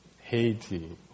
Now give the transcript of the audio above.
haiti